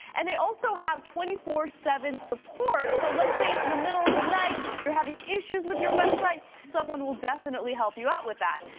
and they also have twenty four seven support. so let's say it's the middle of the night, you're having issues with your website. someone will definitely help you out with that.